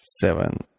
seven